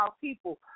people